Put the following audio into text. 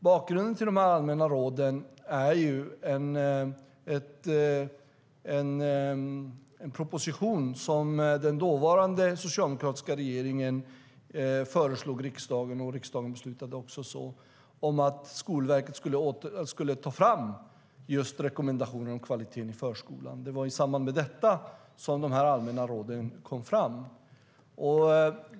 Bakgrunden till de allmänna råden är en proposition som den dåvarande socialdemokratiska regeringen lämnade till riksdagen om att Skolverket skulle ta fram rekommendationer om kvaliteten i förskolan. Riksdagen beslutade också så. Det var i samband med detta som de allmänna råden kom fram.